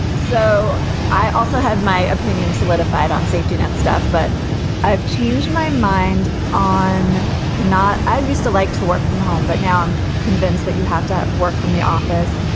so i also had my opinion solidified on safety net stuff, but i've changed my mind on not i used to like to work from home. but now i'm convinced that you have to work from the office.